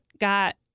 got